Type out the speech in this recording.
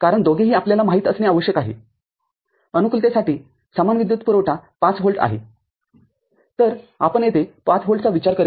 कारण दोघेही आपल्याला माहित असणे आवश्यक आहेअनुकूलतेसाठी समान विद्युत पुरवठा ५ व्होल्ट आहे तरआपण येथे ५ व्होल्टचा विचार करीत आहोत